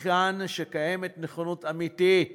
מכאן שיש נכונות אמיתית